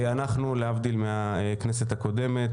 להבדיל מהכנסת הקודמת,